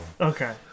Okay